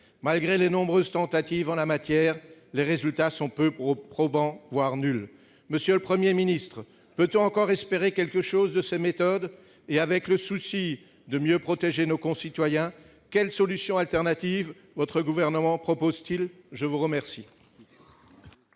Malgré les nombreuses tentatives en la matière, les résultats sont peu probants, voire nuls. Monsieur le Premier ministre, peut-on encore espérer quelque chose de ces méthodes ? Et, avec le souci de mieux protéger nos concitoyens, quelles solutions alternatives votre gouvernement propose-t-il ? La parole